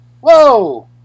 Whoa